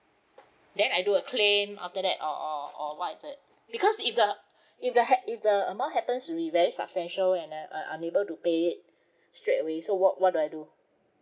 then I do a claim after that or or or what is it because if the if the hap~ if the amount happens will be very substantial and I uh unable to pay it straight away so what what do I do